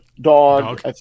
dog